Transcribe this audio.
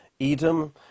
Edom